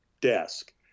desk